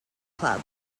club